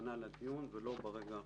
כהכנה לדיון ולא ברגע האחרון.